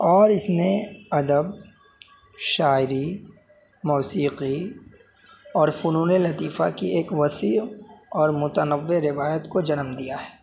اور اس نے ادب شاعری موسیقی اور فنون لطیفہ کی ایک وسیع اور متنوع روایت کو جنم دیا ہے